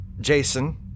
Jason –